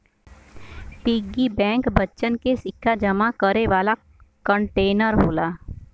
piggy bank बच्चन के सिक्का जमा करे वाला कंटेनर होला